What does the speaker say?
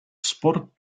sport